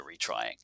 retrying